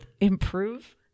improve